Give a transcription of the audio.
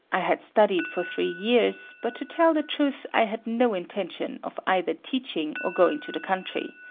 i had studied for three years, but to tell the truth, i had no intention of either teaching or going to the country.